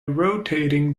rotating